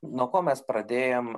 nuo ko mes pradėjom